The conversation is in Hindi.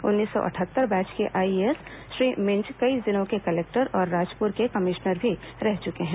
उन्नीस सौ अटहत्तर बैच के आईएएस श्री मिंज कई जिलों के कलेक्टर और राजपुर के कमिश्नर भी रह चके हैं